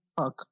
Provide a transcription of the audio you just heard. Fuck